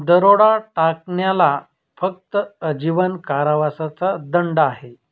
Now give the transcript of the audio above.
दरोडा टाकण्याला फक्त आजीवन कारावासाचा दंड आहे